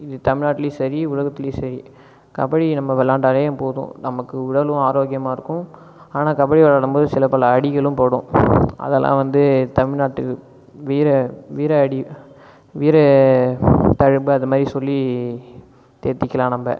இது தமிழ்நாட்டுலேயும் சரி உலகத்துலேயும் சரி கபடி நம்ம விளையாண்டாலே போதும் நமக்கு உடலும் ஆரோக்கியமாக இருக்கும் ஆனால் கபடி விளையாடும் போது சில பல அடிகளும்படும் அதல்லாம் வந்து தமிழ்நாட்டுக்கு வீர வீர அடி வீர தழும்பு அது மாதிரி சொல்லி தேற்றிக்கலாம் நம்ம